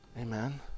Amen